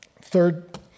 Third